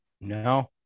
No